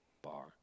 bar